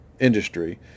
industry